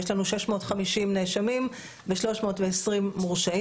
יש לנו 650 נאשמים ו- 320 מורשעים,